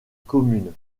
commune